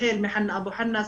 החל מחנא אבו חנא,